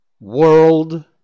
world